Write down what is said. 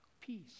Peace